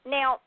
Now